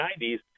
90s